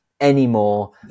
anymore